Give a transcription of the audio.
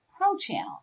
pro-channel